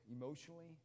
emotionally